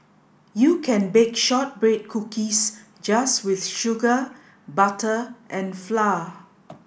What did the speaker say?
you can bake shortbread cookies just with sugar butter and flour